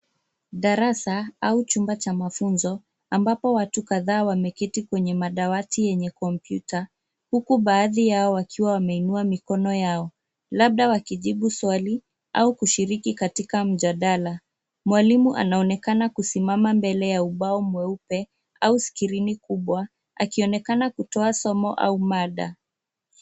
Darasa au chumba cha mafunzo ambapo watu kadhaa wameketi kwenye dawati enye kompyuta, huku baadhi wao wakiwa wameinua mikono yao, labda wakijibu swali au kushiriki katika mjadala. Mwalimu anaonekana kusimama mbele ya ubao mweupe au skrini kubwa akionekana kutoa somo au mada.